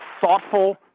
thoughtful